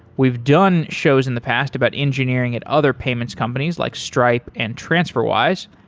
we've done shows in the past about engineering at other payments companies like stripe and transferwise,